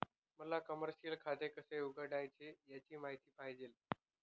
मला कमर्शिअल खाते कसे उघडायचे याची माहिती पाहिजे